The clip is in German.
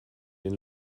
den